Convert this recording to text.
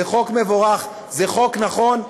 זה חוק מבורך, זה חוק נכון.